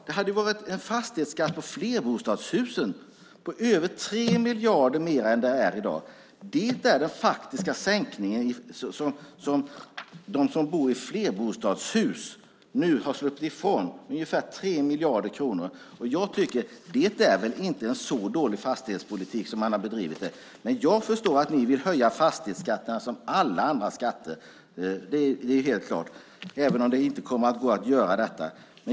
Det hade blivit en fastighetskatt på flerbostadshusen på över 3 miljarder mer än vad den är i dag. Det är den faktiska höjningen som de som bor i flerbostadshus har sluppit ifrån. Det är ungefär 3 miljarder kronor. Det är väl inte en så dålig fastighetspolitik som man har bedrivit. Men jag förstår att ni vill höja fastighetsskatten som alla andra skatter - det är helt klart - även om det inte kommer att gå att göra detta.